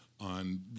on